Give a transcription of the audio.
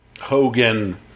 Hogan